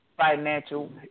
financial